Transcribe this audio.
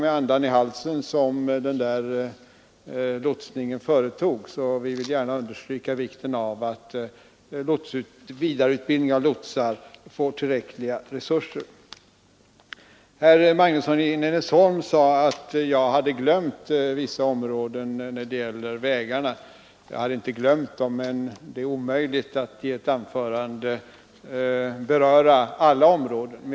Lotsningen företogs nog med andan i halsen. Vi vill därför understryka vikten av att vidareutbildningen av lotsar får tillräckliga resurser. Herr Magnusson i Nennesholm sade att jag hade glömt vissa områden när det gällde vägarna. Nej, jag hade inte glömt dem, men det är omöjligt att i ett anförande beröra alla områden.